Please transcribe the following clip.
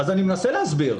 אני מנסה להסביר.